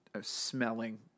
smelling